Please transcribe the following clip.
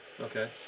Okay